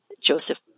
Joseph